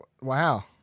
wow